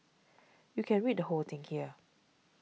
you can read the whole thing here